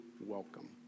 welcome